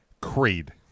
creed